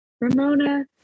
Ramona